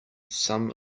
some